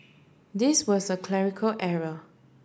this was a clerical error